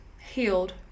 healed